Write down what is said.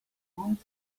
haunted